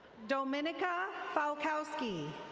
dominica falkowsky.